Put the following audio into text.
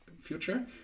future